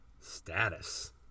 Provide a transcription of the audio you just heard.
Status